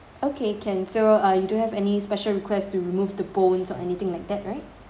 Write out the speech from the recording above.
okay can so uh you don't have any special request to remove the bones or anything like that right